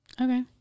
Okay